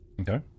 Okay